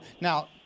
Now